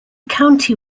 county